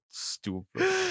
Stupid